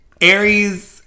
Aries